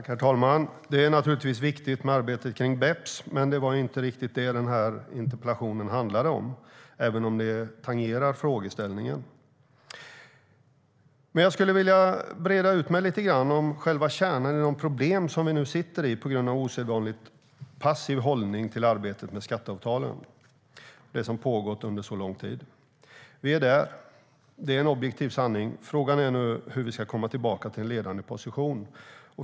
Herr talman! Det är naturligtvis viktigt med arbetet runt BEPS, men det var inte riktigt det min interpellation handlade om - även om den tangerar frågan. Jag skulle vilja breda ut mig lite grann om själva kärnan i de problem som finns på grund av en osedvanligt passiv hållning till arbetet med skatteavtalen - det arbete som pågått under så lång tid. Vi är där. Det är en objektiv sanning. Frågan är nu hur Sverige ska komma tillbaka till en ledande position.